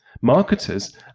Marketers